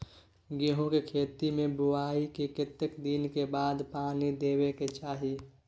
गेहूँ के खेती मे बुआई के कतेक दिन के बाद पानी देबै के चाही?